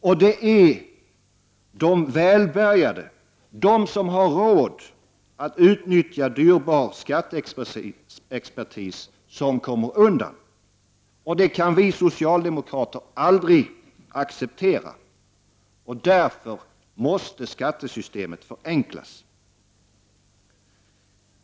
Och det är de välbärgade, de som har råd att utnyttja dyrbar skatteexpertis, som kommer undan. Det kan vi socialdemokrater aldrig acceptera. Därför måste skattesystemet förenklas.